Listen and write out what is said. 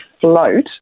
float